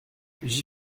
j’y